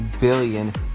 billion